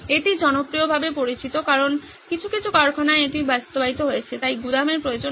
এটি জনপ্রিয়ভাবে পরিচিত কারণ কিছু কিছু কারখানায় এটি বাস্তবায়িত হয়েছে তাই গুদামের প্রয়োজন নেই